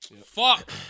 Fuck